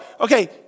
okay